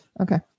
Okay